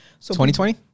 2020